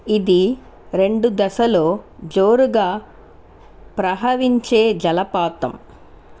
ఇది రెండు దశలో జోరుగా ప్రవహించే జలపాతం